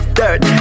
dirt